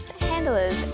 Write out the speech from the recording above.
handlers